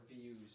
views